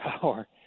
power